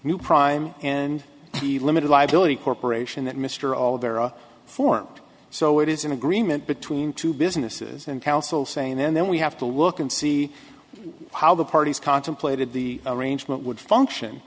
new prime and the limited liability corporation that mr all vera formed so it is an agreement between two businesses and council saying and then we have to look and see how the parties contemplated the arrangement would function